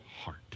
heart